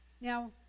Now